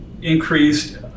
increased